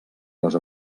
les